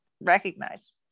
recognize